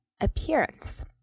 appearance